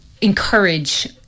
encourage